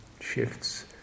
shifts